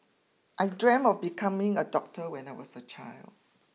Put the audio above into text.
I dreamt of becoming a doctor when I was a child